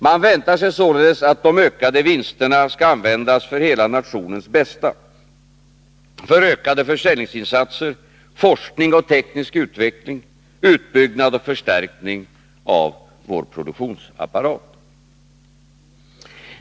Man väntar sig således att de ökade vinsterna skall användas för hela nationens bästa — för ökade försäljningsinsatser, forskning och teknisk utveckling, utbyggnad och förstärkning av vår produktionsapparat.